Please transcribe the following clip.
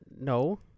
no